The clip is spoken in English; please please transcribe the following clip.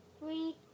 three